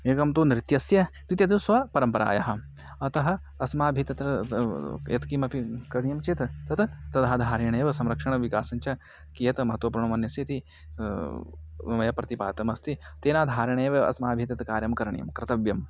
एकं तु नृत्यस्य द्वितीयं तु स्वपरम्परायाः अतः अस्माभिः तत्र यत् किमपि करणीयं चेत् तत् तदाधारेणैव संरक्षणविकासञ्च कियत् महत्त्वपूर्णं मंस्यन्ते वयं प्रतिपादितम् अस्ति तेनाधारणैव अस्माभिः तत् कार्यं करणीयं कर्तव्यं